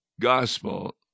gospel